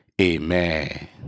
amen